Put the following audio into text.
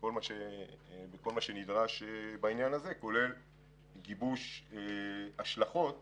בכל מה שנדרש בעניין הזה, כולל גיבוש השלכות